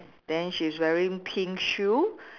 then she's wearing pink shoe